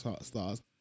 stars